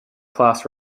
class